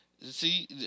see